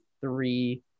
three